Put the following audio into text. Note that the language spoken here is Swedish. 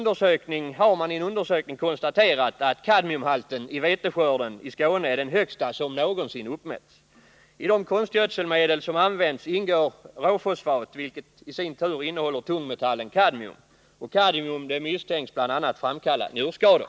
Där har man i en undersökning konstaterat att kadmiumhalten i veteskörden i Skåne är den högsta som någonsin uppmätts. I de konstgödselmedel som Nr 33 används ingår råfosfat, vilket i sin tur innehåller tungmetallen kadmium. Onsdagen den Kadmium misstänks bl.a. framkalla njurskador.